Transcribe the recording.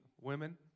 women